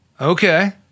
Okay